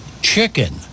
Chicken